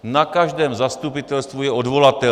Na každém zastupitelstvu je odvolatelný.